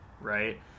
right